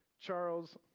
Charles